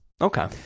Okay